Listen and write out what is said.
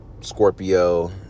Scorpio